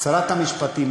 שרת המשפטים,